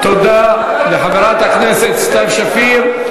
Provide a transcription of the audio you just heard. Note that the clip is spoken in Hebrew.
תודה לחברת הכנסת סתיו שפיר.